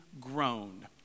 grown